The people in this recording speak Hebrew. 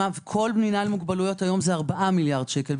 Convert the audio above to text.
כל מנעד הפעילויות היום זה 4 מיליארד שקל,